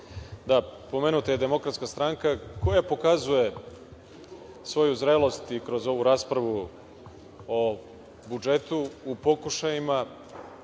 Da, pomenuta je DS koja pokazuje svoju zrelost i kroz ovu raspravu o budžetu u pokušajima